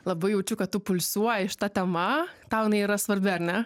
labai jaučiu kad tu pulsuoji šita tema tau jinai yra svarbi ar ne